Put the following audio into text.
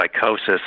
psychosis